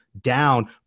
down